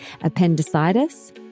appendicitis